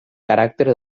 caràcter